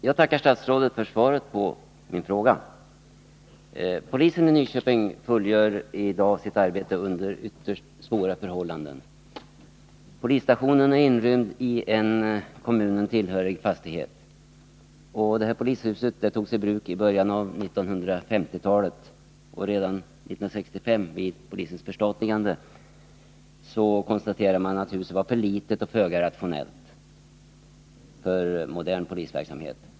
Herr talman! Jag tackar statsrådet för svaret på min fråga. Polisen i Nyköping fullgör i dag sitt arbete under ytterst svåra förhållanden. Polisstationen är inrymd i en kommunen tillhörig fastighet. Polishuset togs i bruk i början av 1950-talet, och redan vid polisväsendets förstatligande 1965 konstaterades att huset var för litet och föga rationellt för modern polisverksamhet.